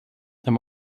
them